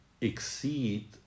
exceed